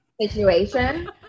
situation